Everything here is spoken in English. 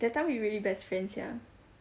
that time we really best friends sia